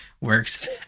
works